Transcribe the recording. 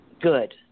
Good